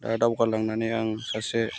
दा दावगालांनानै आं सासे